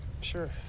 sure